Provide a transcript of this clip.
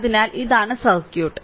അതിനാൽ ഇതാണ് സർക്യൂട്ട്